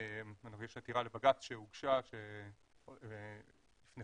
יש עתירה שהוגשה לבג"צ לפני